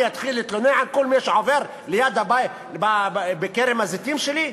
אני אתחיל להתלונן על כל מי שעובר בכרם הזיתים שלי?